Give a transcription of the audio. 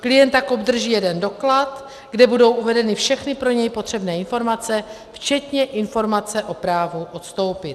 Klient tak obdrží jeden doklad, kde budou uvedeny všechny pro něj potřebné informace včetně informace o právu odstoupit.